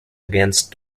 against